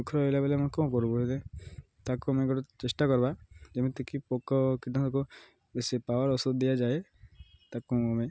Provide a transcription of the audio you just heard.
ହେଲା ବଲେ ଆମେ କ'ଣ କରିବୁ ହେଲେ ତାକୁ ଆମେ ଗୋଟେ ଚେଷ୍ଟା କର୍ବା ଯେମିତିକି ପୋକ କୀଟନାଶକ ବେଶୀ ପାୱାର୍ ଔଷଧ ଦିଆଯାଏ ତାକୁ ଆମେ